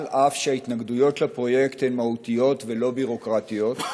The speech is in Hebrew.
אף שההתנגדויות לפרויקט הן מהותיות ולא ביורוקרטיות?